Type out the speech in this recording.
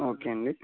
okay అండి